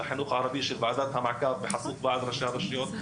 ועדת המעקב בחסות ועדת ראשי הרשויות,